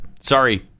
Sorry